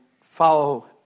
follow